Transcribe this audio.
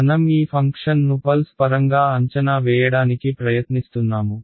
మనం ఈ ఫంక్షన్ను పల్స్ పరంగా అంచనా వేయడానికి ప్రయత్నిస్తున్నాము